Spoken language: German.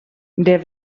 der